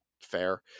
fair